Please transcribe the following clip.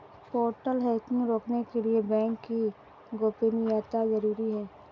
portal hacking रोकने के लिए बैंक की गोपनीयता जरूरी हैं